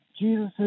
Jesus